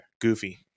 Goofy